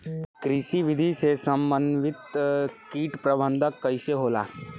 कृषि विधि से समन्वित कीट प्रबंधन कइसे होला?